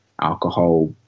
alcohol